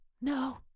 No